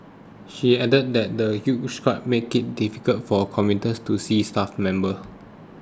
she added that the huge crowd made it difficult for commuters to see staff members